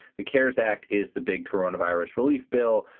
the cares act is the big corona virus relief bill,